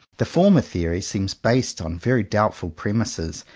the former theory seems based on very doubtful premises,